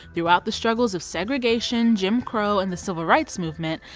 throughout the struggles of segregation, jim crow, and the civil rights movement,